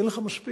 אין לך מספיק.